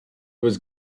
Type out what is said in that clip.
was